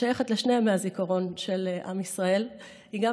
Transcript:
שייכת לשני ימי הזיכרון של עם ישראל: היא גם